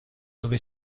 dove